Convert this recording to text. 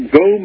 go